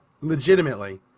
legitimately